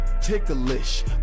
ticklish